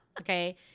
okay